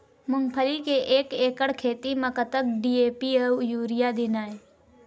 मूंगफली के एक एकड़ खेती म कतक डी.ए.पी अउ यूरिया देना ये?